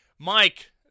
Mike